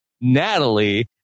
Natalie